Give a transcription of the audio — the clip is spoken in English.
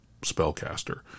spellcaster